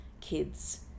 kids